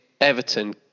Everton